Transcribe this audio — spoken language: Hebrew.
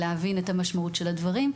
להבין את המשמעות של הדברים,